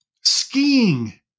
skiing